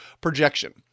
projection